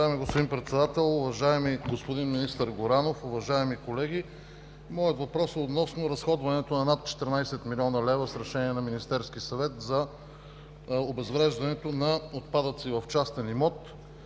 Уважаеми господин Председател, уважаеми господин министър Горанов, уважаеми колеги! Моят въпрос е относно разходването на над 14 млн. лв. с Решение на Министерския съвет за обезвреждането на отпадъци в частен имот.